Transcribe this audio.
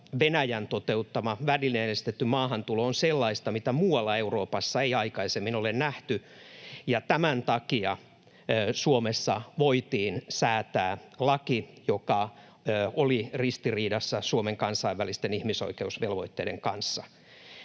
Venäjän toteuttama välineellistetty maahantulo on sellaista, mitä muualla Euroopassa ei aikaisemmin ole nähty, ja tämän takia Suomessa voitiin säätää laki, joka oli ristiriidassa Suomen kansainvälisten ihmisoikeusvelvoitteiden kanssa.